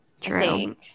True